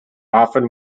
often